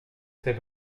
c’est